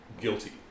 guilty